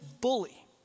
bully